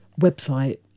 website